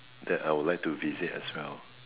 that I would like to visit as well